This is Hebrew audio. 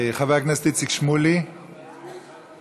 חבר הכנסת איציק שמולי, איננו,